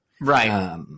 Right